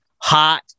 hot